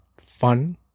fun